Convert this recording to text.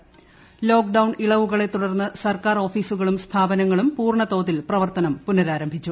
പ് ലോക്ക്ഡൌൺ ഇളവുകളെ പ്രുടർന്ന് സർക്കാർ ഓഫീസുകളും സ്ഥാപ്പരിച്ചുളും പൂർണ്ണതോതിൽ പ്രവർത്തനം പുനരാരംഭിച്ചു